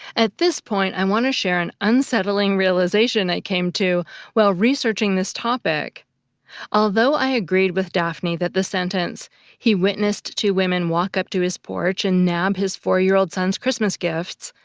at this point, i want to share an unsettling realization i came to while researching this topic although i agreed with daphne that the sentence he witnessed two women walk up to his porch and nab his four-year-old son's christmas gifts,